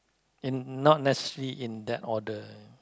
in not necessary in that order